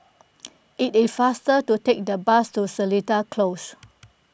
it is faster to take the bus to Seletar Close